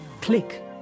click